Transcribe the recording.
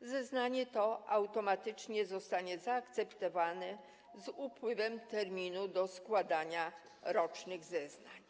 zeznanie to automatycznie zostanie zaakceptowane z upływem terminu do składania rocznych zeznań.